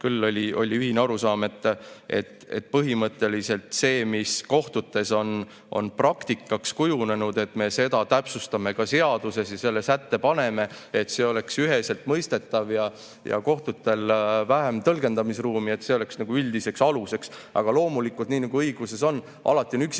küll oli ühine arusaam, et põhimõtteliselt seda, mis kohtutes on praktikaks kujunenud, me täpsustame ka seaduses ja selle sätte paneme, et see oleks üheselt mõistetav ja et kohtutel oleks vähem tõlgendamisruumi, see oleks nagu üldiseks aluseks. Aga loomulikult, nii nagu õiguses ikka, alati on üksikjuhud.